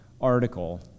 article